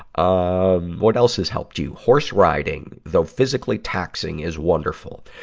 ah what else has helped you? horse riding, though physically taxing, is wonderful.